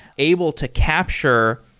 able to capture,